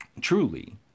Truly